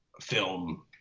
film